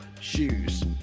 shoes